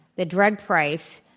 the drug price,